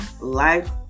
Life